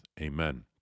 Amen